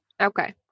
okay